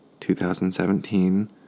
2017